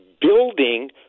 building